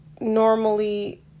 Normally